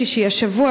השבוע,